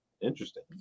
interesting